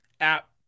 app